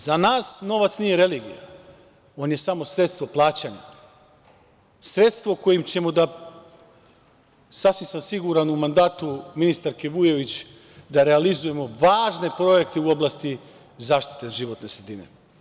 Za nas novac nije religija, on je samo sredstvo plaćanja, sredstvo kojim ćemo da, sasvim sam siguran u mandatu ministarke Vujović, da realizujemo važne projekte u oblasti zaštite životne sredine.